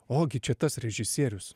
o gi čia tas režisierius